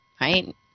right